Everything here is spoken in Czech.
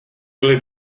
byly